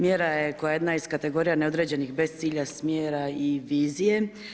Mjera je koja je jedna iz kategorije neodređenih, bez cilja, smjera i vizije.